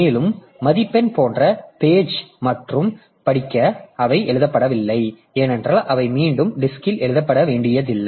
மேலும் மதிப்பெண் போன்ற பேஜ் மட்டும் படிக்க அவை எழுதப்பட்டவை ஏனென்றால் அவை மீண்டும் டிஸ்க்ல் எழுதப்பட வேண்டியதில்லை